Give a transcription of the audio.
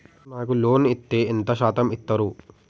నాకు లోన్ ఇత్తే ఎంత శాతం ఇత్తరు?